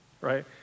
right